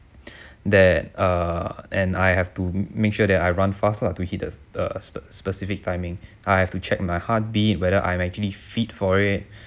that err and I have to make sure that I run fast lah to hit the a spec~ specific timing I have to check my heartbeat whether I'm actually fit for it